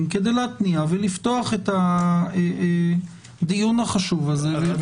כדי להתניע ולפתוח את הדיון החשוב הזה.